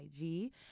IG